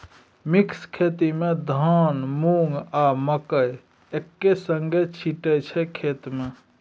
mix खेती मे धान, मुँग, आ मकय एक्के संगे छीटय छै खेत मे